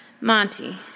Monty